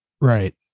right